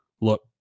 look